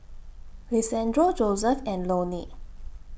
Lisandro Joseph and Loni